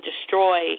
destroy